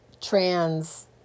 trans